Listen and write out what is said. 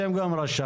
אתם גם רשמתם.